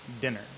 dinner